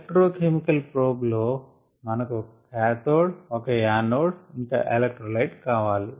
electro chemical probe లో మనకు ఒక కాథోడ్ ఒక యానోడ్ ఇంకా ఎలెక్ట్రోలైట్ కావాలి